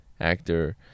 actor